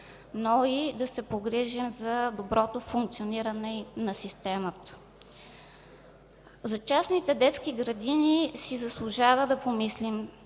но и да се погрижим за доброто функциониране на системата. За частните детски градини си заслужава да помислим.